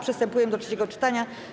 Przystępujemy do trzeciego czytania.